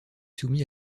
soumis